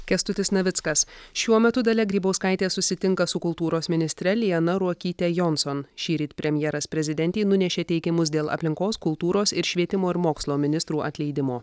kęstutis navickas šiuo metu dalia grybauskaitė susitinka su kultūros ministre liana ruokyte jonson šįryt premjeras prezidentei nunešė teikimus dėl aplinkos kultūros ir švietimo ir mokslo ministrų atleidimo